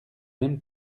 même